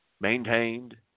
maintained